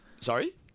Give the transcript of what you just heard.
sorry